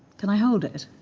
can i hold it?